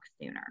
sooner